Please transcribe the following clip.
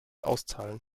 auszahlen